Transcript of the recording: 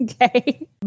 Okay